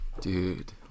dude